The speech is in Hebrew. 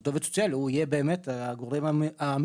אותו עובד סוציאלי יהיה הגורם המטפל.